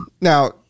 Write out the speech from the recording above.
now